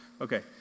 Okay